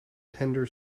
tender